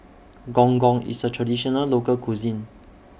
Gong Gong IS A Traditional Local Cuisine